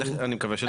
אני מקווה.